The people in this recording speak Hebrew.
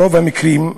ברוב המקרים,